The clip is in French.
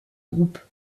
groupe